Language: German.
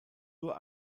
nur